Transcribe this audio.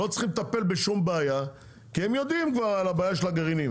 לא צריכים לטפל בשום בעיה כי הם יודעים כבר על הבעיה של הגרעינים,